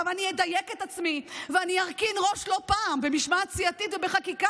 עכשיו אני אדייק את עצמי: אני ארכין ראש לא פעם במשמעת סיעתית ובחקיקה,